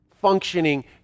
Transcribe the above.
functioning